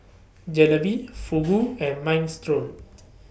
Jalebi Fugu and Minestrone